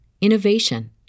innovation